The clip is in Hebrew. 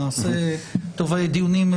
נעשה דיונים,